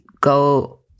go